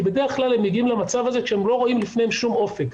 כי בדרך כלל הם מגיעים למצב הזה כשהם לא רואים לפניהם שום אופק,